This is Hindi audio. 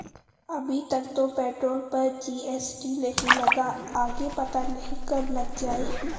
अभी तक तो पेट्रोल पर जी.एस.टी नहीं लगा, आगे पता नहीं कब लग जाएं